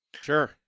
Sure